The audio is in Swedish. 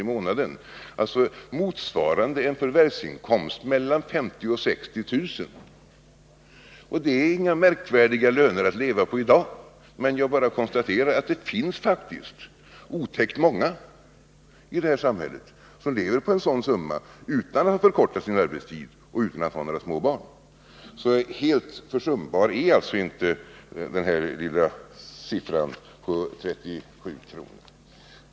i månaden, motsvarande en förvärvsinkomst på mellan 50 000 och 60 000 kr. Det är inga märkvärdiga löner att leva på i dag. Men jag bara konstaterar att det faktiskt finns otäckt många i det här samhället som lever på en sådan summa -— utan att förkorta sin arbetstid och utan att ha några små barn. Så helt försumbart är alltså inte det här lilla beloppet, 37 kr.